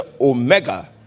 Omega